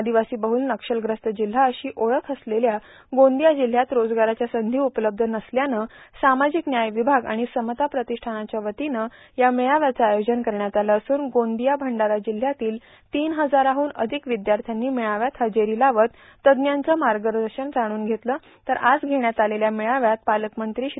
आदिवासी बहुल नक्षलग्रस्त जिल्हा अशी ओळख असलेल्या गोंदिया जिल्ह्यात रोजगाराच्या संधी उपल्बध नसल्यानं सामाजिक व्याय विभाग आणि समता प्रतिष्ठाणच्या वतीनं या मेळाव्याचं आयोजन करण्यात आलं असून गोंदिया भंडारा जिल्ह्यातील तीन हजाराहून अधिक विद्यार्थ्यांनी मेळाव्यात हजेरी लावत तज्ञाचे मागदर्शन जाणून घेतले तर आज घेण्यात आलेल्या मेळाव्यात पालक मंत्री श्री